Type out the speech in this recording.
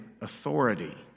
authority